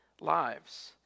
lives